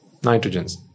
nitrogens